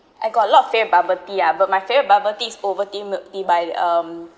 I got a lot of favourite bubble tea ah but my favourite bubble tea is Ovaltine milk tea by um